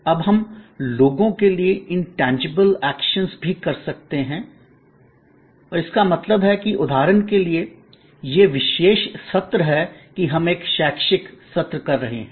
अब हम लोगों के लिए इनटेंजिबल एक्शन्स भी कर सकते हैं और इसका मतलब है कि उदाहरण के लिए यह विशेष सत्र है कि हम एक शैक्षिक सत्र कर रहे हैं